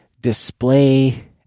display